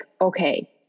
okay